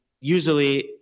usually